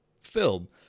film